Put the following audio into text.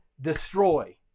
destroy